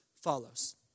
follows